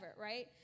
right